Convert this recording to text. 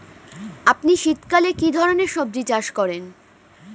আপনি শীতকালে কী ধরনের সবজী চাষ করেন?